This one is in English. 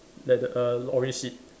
like the err orange seat